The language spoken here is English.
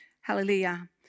Hallelujah